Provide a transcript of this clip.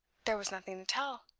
there was nothing to tell.